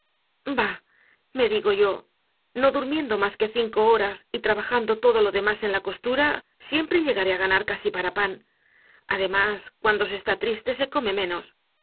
me digo yo no durmiendo mas que cinco horas y trabajando todo lo demás en la costura siempre llegaré á ganar casi para pan además cuando se está triste se come menos